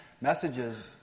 messages